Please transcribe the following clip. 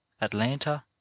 Atlanta